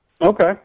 Okay